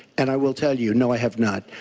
and i will tell you, no i have not.